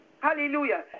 Hallelujah